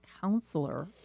counselor